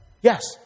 Yes